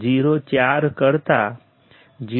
04 કરતા 0